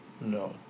No